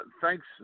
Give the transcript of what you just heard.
thanks